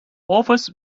offers